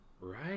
Right